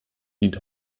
dient